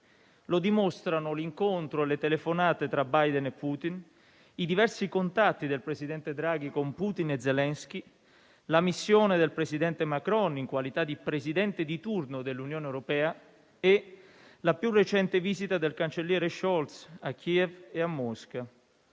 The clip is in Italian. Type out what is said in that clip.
lo dimostrano l'incontro, le telefonate tra Biden e Putin, i diversi contatti del presidente Draghi con Putin e Zelensky, la missione del presidente Macron in qualità di presidente di turno dell'Unione europea e la più recente visita del cancelliere Scholz a Kiev e a Mosca.